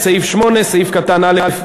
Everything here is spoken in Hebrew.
סעיף 8(א)(1)